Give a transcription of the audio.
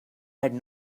had